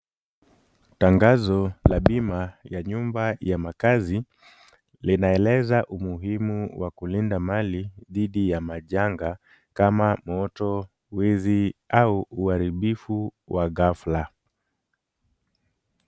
Tangazo la bima ya nyumba makazi linaeleza umuhimu wa kulinda mali dhidi ya majanga kama moto, wizi au uharibifu wa ghafla.